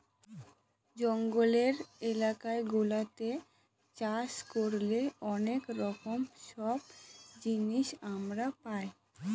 জঙ্গলের এলাকা গুলাতে চাষ করলে অনেক রকম সব জিনিস আমরা পাই